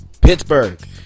Pittsburgh